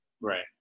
right